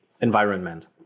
environment